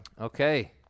Okay